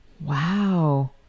Wow